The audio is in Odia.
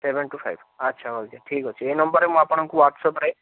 ସେଭେନ୍ ଟୁ ଫାଇଭ୍ ଆଚ୍ଛା ଠିକ୍ ଅଛି ଏଇ ନମ୍ବରରେ ମୁଁ ଆପଣଙ୍କୁ ହ୍ୱାଟ୍ସଆପ୍ରେ